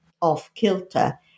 off-kilter